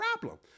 problem